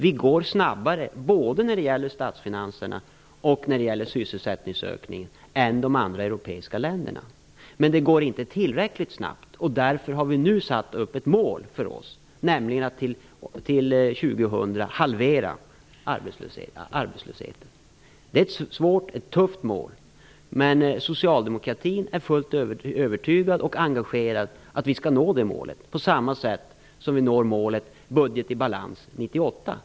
Det går snabbare, både när det gäller statsfinanserna och när det gäller sysselsättningsökningen, än för de andra europeiska länderna. Men det går inte tillräckligt snabbt. Därför har vi nu satt upp ett mål för oss, nämligen att till år 2000 halvera arbetslösheten. Det är ett tufft och svårt mål, men socialdemokratin är fullt övertygad om och engagerad i att vi skall nå det målet, på samma sätt som vi når målet om en budget i balans 1998.